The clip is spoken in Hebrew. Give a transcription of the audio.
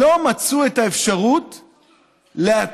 לא מצאו את האפשרות להתחיל,